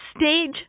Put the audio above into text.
stage